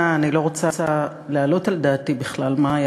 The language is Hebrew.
אני לא רוצה להעלות על דעתי בכלל מה היה